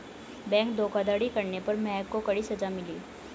bank धोखाधड़ी करने पर महक को कड़ी सजा मिली